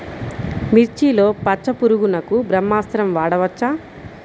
మిర్చిలో పచ్చ పురుగునకు బ్రహ్మాస్త్రం వాడవచ్చా?